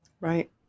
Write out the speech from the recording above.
Right